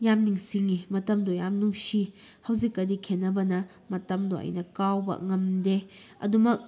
ꯌꯥꯝ ꯅꯤꯡꯁꯤꯡꯏ ꯃꯇꯝꯗꯨ ꯌꯥꯝ ꯅꯨꯡꯁꯤ ꯍꯧꯖꯤꯛꯀꯗꯤ ꯈꯦꯠꯅꯕꯅ ꯃꯇꯝꯗꯣ ꯑꯩꯅ ꯀꯥꯎꯕ ꯉꯝꯗꯦ ꯑꯗꯨꯝꯃꯛ